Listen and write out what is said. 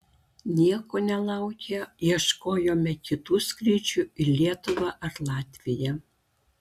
nieko nelaukę ieškojome kitų skrydžių į lietuvą ar latviją